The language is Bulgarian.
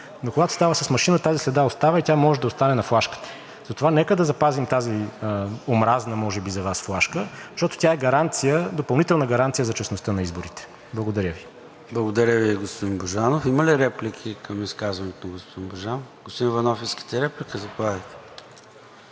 но когато става с машина, тази следа остава и тя може да остане на флашката. Затова нека да запазим тази омразна може би за Вас флашка, защото тя е допълнителна гаранция за честността на изборите. Благодаря Ви. ПРЕДСЕДАТЕЛ ЙОРДАН ЦОНЕВ: Благодаря Ви, господин Божанов. Има ли реплики към изказването на господин Божанов? Господин Иванов, искате реплика? Заповядайте.